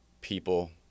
people